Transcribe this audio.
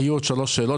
היו עוד שלוש שאלות.